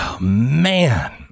man